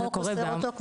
החוק אוסר את זה.